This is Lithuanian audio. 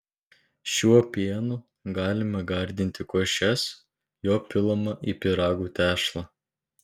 šiuo pienu galima gardinti košes jo pilama į pyragų tešlą